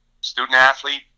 student-athlete